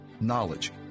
knowledge